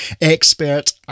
expert